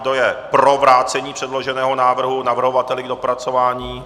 Kdo je pro vrácení předloženého návrhu navrhovateli k dopracování?